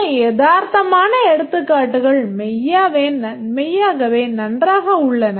சில யதார்த்தமான எடுத்துக்காட்டுகள் மெய்யாகவே நன்றாக உள்ளன